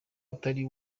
atari